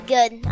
Good